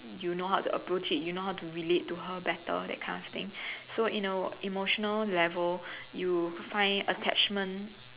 you know how to approach it you know how to related to her better that kind of thing so in the emotional level you find attachment